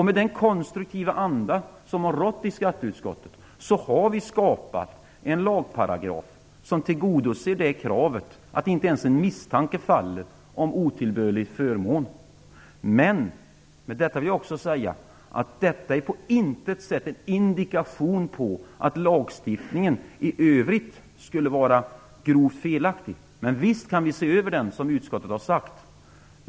Med den konstruktiva anda som har rått i skatteutskottet har vi skapat en lagparagraf som tillgodoser det kravet, dvs. att inte ens en misstanke faller om otillbörlig förmån. Därmed vill jag också säga att detta inte på något sätt är en indikation på att lagstiftningen i övrigt skulle vara grovt felaktig. Men visst kan vi se över den, som utskottet har sagt.